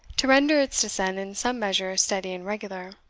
to render its descent in some measure steady and regular.